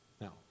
Now